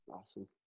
awesome